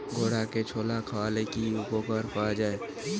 ঘোড়াকে ছোলা খাওয়ালে কি উপকার পাওয়া যায়?